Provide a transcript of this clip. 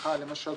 למשל,